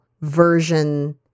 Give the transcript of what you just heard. version